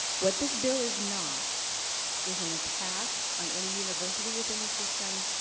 what this bill is not is an attack on any university within the system?